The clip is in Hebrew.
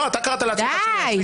לא, אתה קראת לעצמך פעם שלישית.